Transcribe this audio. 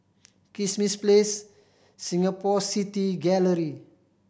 Kismis Place Singapore City Gallery